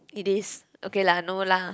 it is okay lah no lah